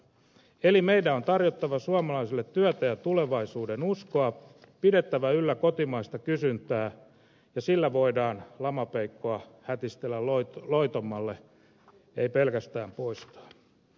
eli meidän on tarjottava suomalaisille työtä ja tulevaisuudenuskoa pidettävä yllä kotimaista kysyntää sillä voidaan lamapeikkoa hätistellä loitommalle ei kokonaan poistaa